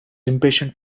impatient